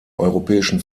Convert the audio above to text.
europäischen